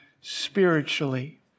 spiritually